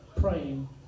praying